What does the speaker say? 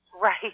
Right